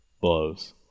blows